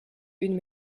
une